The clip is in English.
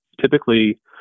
Typically